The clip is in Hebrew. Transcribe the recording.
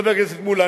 חבר הכנסת מולה,